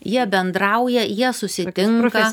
jie bendrauja jie susitinka